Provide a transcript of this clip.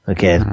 Okay